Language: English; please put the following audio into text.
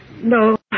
No